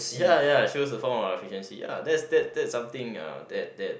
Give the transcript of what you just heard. ya ya shows the form of our efficiency ya that that that is something uh that that